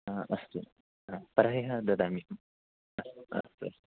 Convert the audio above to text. हा अस्तु हा परह्यः ददामि अस्तु अस्तु